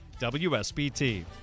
WSBT